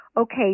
okay